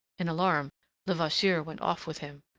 in alarm levasseur went off with him.